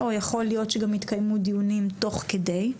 יכול להיות שגם יתקיימו דיונים תוך כדי,